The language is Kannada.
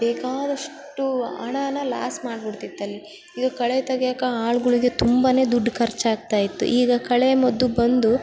ಬೇಕಾದಷ್ಟು ಹಣನ್ನ ಲಾಸ್ ಮಾಡಿಬಿಡ್ತಿತ್ತು ಅಲ್ಲಿ ಇದು ಕಳೆ ತೆಗೆಯೋಕ್ಕೆ ಆಳುಗಳಿಗೆ ತುಂಬನೇ ದುಡ್ಡು ಖರ್ಚು ಆಗ್ತಾ ಇತ್ತು ಈಗ ಕಳೆ ಮದ್ದು ಬಂದು